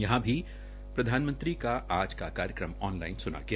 यहां भी प्रधानमंत्री ने आज का कार्यक्रम ऑन लाइन स्ना गया